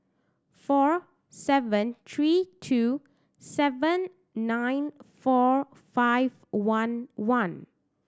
four seven three two seven nine four five one one